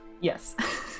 Yes